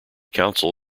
council